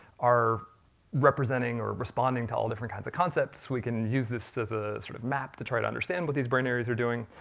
are representing or responding to all different kinds of concepts. we can use this as a sort of map to try to understand what these brain areas are doing,